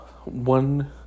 One